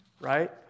Right